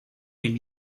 been